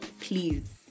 Please